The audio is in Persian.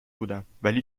بودم، ولی